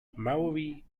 maury